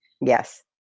Yes